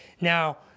Now